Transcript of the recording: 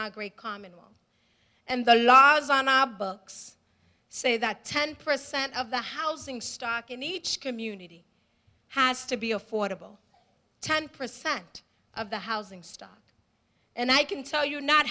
our great commonwealth and the laws on our books say that ten per cent of the housing stock in each community has to be affordable ten percent of the housing stock and i can tell you not